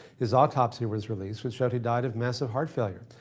his autopsy was released which showed he died of massive heart failure.